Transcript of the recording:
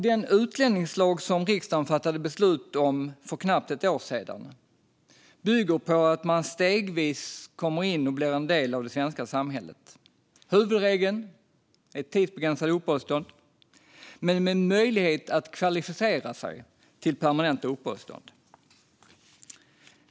Den utlänningslag som riksdagen fattade beslut om för knappt ett år sedan bygger på att man stegvis kommer in i och blir en del av det svenska samhället. Huvudregeln är tidsbegränsade uppehållstillstånd, men med möjlighet att kvalificera sig för permanent uppehållstillstånd.